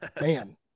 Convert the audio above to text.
man